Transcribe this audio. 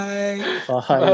Bye